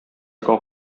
aga